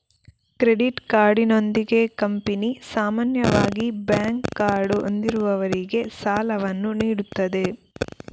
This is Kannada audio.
ಕ್ರೆಡಿಟ್ ಕಾರ್ಡಿನೊಂದಿಗೆ ಕಂಪನಿ ಸಾಮಾನ್ಯವಾಗಿ ಬ್ಯಾಂಕ್ ಕಾರ್ಡು ಹೊಂದಿರುವವರಿಗೆ ಸಾಲವನ್ನು ನೀಡುತ್ತದೆ